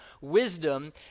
Wisdom